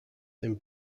dem